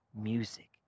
music